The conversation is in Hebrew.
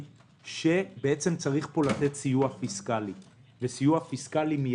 שצריך לתת פה סיוע פיסקלי מידי.